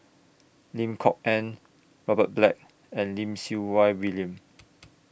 Lim Kok Ann Robert Black and Lim Siew Wai William